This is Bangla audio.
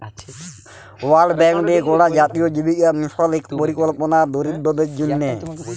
ওয়ার্ল্ড ব্যাংক দিঁয়ে গড়া জাতীয় জীবিকা মিশল ইক পরিকল্পলা দরিদ্দরদের জ্যনহে